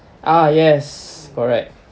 ah yes correct